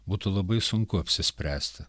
būtų labai sunku apsispręsti